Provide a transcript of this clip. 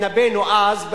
התנבאנו אז,